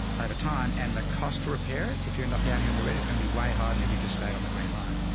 i have a time and the cost to repair it, if you end up down here and the rate is going to be y hot and if you just stayed on the green line.